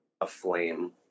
aflame